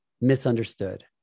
Misunderstood